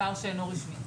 מוכר שאינו רשמי.